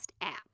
app